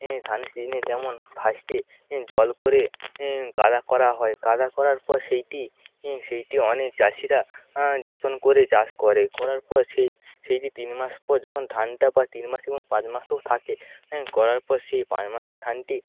ধানের সিজনে যেমন ফার্স্টে জল করে কাদা করা হয় কাদা করার পর সেইটি ইঁ সেইটি অনেক চাষিরা যত্ন করে চাষ করে করার পর সেই সেইটি তিন মাস পর যখন ধানটা বা তিন মাস এবং পাঁচ মাসও থাকে করার পর সেই পাঁচ মাসের ধানটি